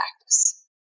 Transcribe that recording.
practice